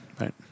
Right